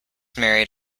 married